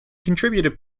contributed